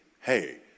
hey